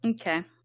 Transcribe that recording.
Okay